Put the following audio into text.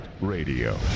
Radio